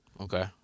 Okay